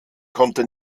konnte